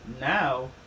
Now